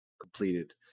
completed